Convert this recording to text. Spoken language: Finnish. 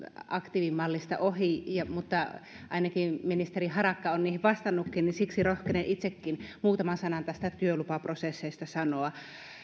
aktiivimallista ohi mutta ainakin ministeri harakka on niihin vastannukin ja siksi rohkenen itsekin muutaman sanan näistä työlupaprosesseista sanoa